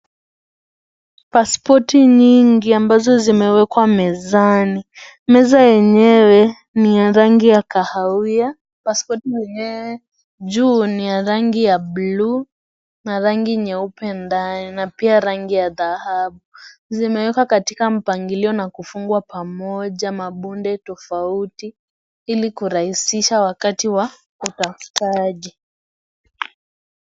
Paspoti nyingi ambazo zimewekwa mezani, meza yenyewe ni ya rangi ya kahawia. Paspoti zenyewe juu ni ya rangi ya buluu na rangi nyeupe ndani na pia rangi ya dhahabu. Zimewekwa katika mpangilio na kufungwa pamoja mabunda tofauti ili kurahisisha wakati wa utafutaji.